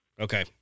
Okay